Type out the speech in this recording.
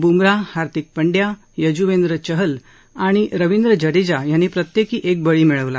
बुमराह हार्दिक पंड्या युजवेंद्र चहल आणि रवींद्र जडेजा यांनी प्रत्येकी एक बळी मिळवला